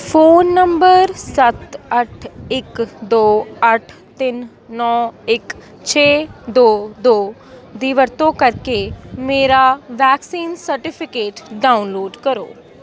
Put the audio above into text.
phone number ਸੱਤ ਅੱਠ ਇੱਕ ਦੋ ਅੱਠ ਤਿੰਨ ਨੌ ਇੱਕ ਛੇ ਦੋ ਦੋ ਦੀ ਵਰਤੋਂ ਕਰਕੇ ਮੇਰਾ ਵੈਕਸੀਨ ਸਰਟੀਫਿਕੇਟ ਡਾਊਨਲੋਡ ਕਰੋ